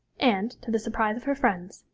and, to the surprise of her friends,